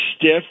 stiff